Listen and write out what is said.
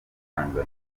tanzania